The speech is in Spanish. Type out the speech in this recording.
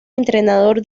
entrenador